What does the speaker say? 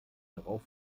darauf